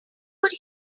could